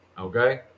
Okay